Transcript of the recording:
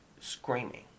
screaming